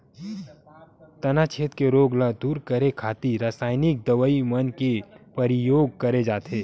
तनाछेद के रोग ल दूर करे खातिर रसाइनिक दवई मन के परियोग करे जाथे